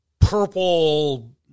purple